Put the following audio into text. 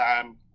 time